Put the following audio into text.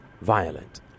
violent